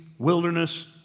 Wilderness